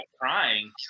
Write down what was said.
crying